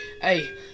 hey